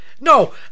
No